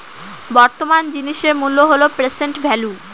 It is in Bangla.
বর্তমান জিনিসের মূল্য হল প্রেসেন্ট ভেল্যু